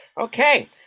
Okay